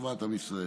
לטובת עם ישראל.